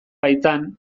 baitan